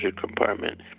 compartment